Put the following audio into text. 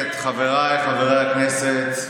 חבריי חברי הכנסת,